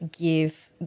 give